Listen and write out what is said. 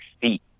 feet